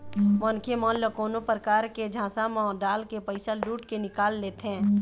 मनखे मन ल कोनो परकार ले झांसा म डालके पइसा लुट के निकाल लेथें